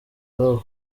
dogg